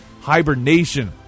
hibernation